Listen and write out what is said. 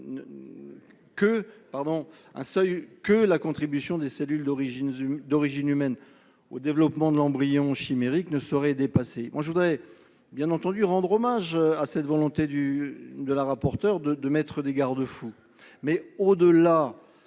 que la contribution des cellules d'origine humaine au développement de l'embryon chimérique ne saurait dépasser. Je veux évidemment rendre hommage à cette volonté de Mme la rapporteure d'instaurer des garde-fous. Mais, au-delà